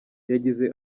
yagize